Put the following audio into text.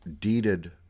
deeded